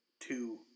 two